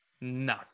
No